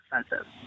expensive